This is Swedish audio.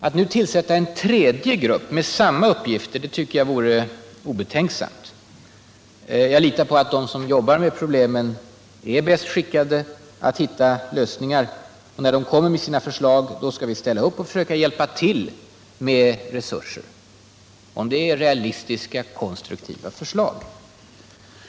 Att nu tillsätta en tredje grupp med samma uppgifter tycker jag skulle vara obetänksamt. Jag litar på att de som i dag jobbar med problemen är de som är bäst skickade att hitta lösningar. När de kommer med sina förslag skall vi ställa upp och försöka hjälpa till med resurser, om det är fråga om realistiska och konstruktiva förslag.